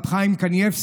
והרב חיים קניבסקי,